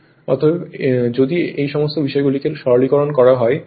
অতএব যদি এই সমস্ত বিষয়গুলিকে সরলীকরণ করা হয় যে VA এই N1 N2N1 হয়